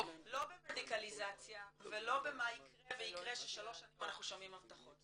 לא במדיקלזציה ולא במה יקרה ויקרה ששלוש שנים אנחנו שומעים הבטחות.